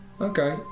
Okay